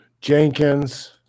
Jenkins